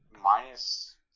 minus